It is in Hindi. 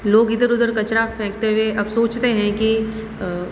लोग इधर उधर कचरा फेंकते हुए अब सोचते हैं कि